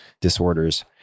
disorders